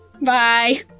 Bye